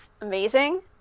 amazing